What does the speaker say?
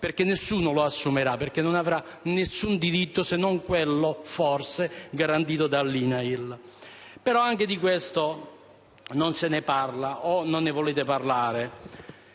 perché nessuno lo assumerà; non avrà nessun diritto, se non quello, forse, garantito dall'Inail. Però anche di questo non si parla, o non ne volete parlare.